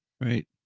Right